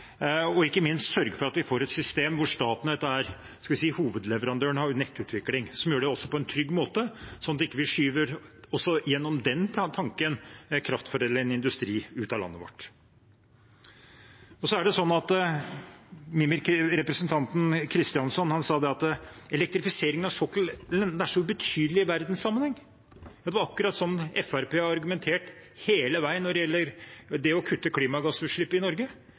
og ikke minst at vi får et system hvor Statnett er – skal vi si – hovedleverandøren av nettutvikling og gjør det på en trygg måte, så vi ikke gjennom den tanken også skyver kraftforedlende industri ut av landet vårt. Representanten Kristjánsson sa at elektrifiseringen av sokkelen er så ubetydelig i verdenssammenheng. Det er akkurat sånn Fremskrittspartiet har argumentert hele veien når det gjelder det å kutte klimagassutslipp i Norge,